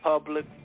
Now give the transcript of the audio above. public